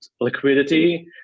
liquidity